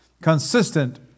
consistent